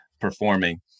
performing